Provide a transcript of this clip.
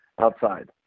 outside